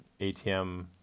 ATM